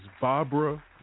Barbara